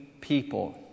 people